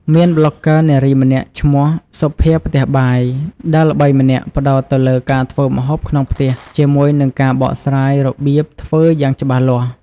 មានប្លុកហ្គើនារីម្នាក់ឈ្មោះ សុភាផ្ទះបាយ ដែលល្បីម្នាក់ផ្តោតទៅលើការធ្វើម្ហូបក្នុងផ្ទះជាមួយនឹងការបកស្រាយរបៀបធ្វើយ៉ាងច្បាស់លាស់។